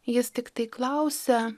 jis tiktai klausia